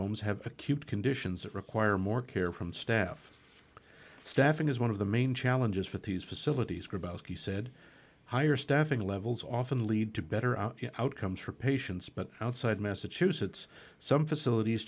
homes have acute conditions that require more care from staff staffing is one of the main challenges for these facilities grabovski said higher staffing levels often lead to better outcomes for patients but outside massachusetts some facilities